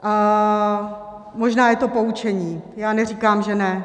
A možná je to poučení, já neříkám, že ne.